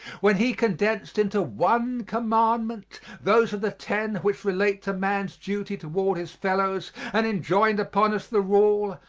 when he condensed into one commandment those of the ten which relate to man's duty toward his fellows and enjoined upon us the rule,